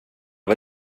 var